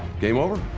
game over?